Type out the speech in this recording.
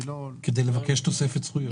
כדי לבקש תוספת זכויות.